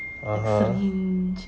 (uh huh)